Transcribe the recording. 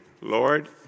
Lord